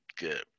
good